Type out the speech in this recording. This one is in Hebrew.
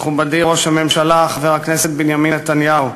מכובדי ראש הממשלה חבר הכנסת בנימין נתניהו,